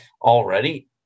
already